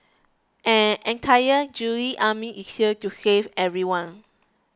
an entire Jedi Army is here to save everyone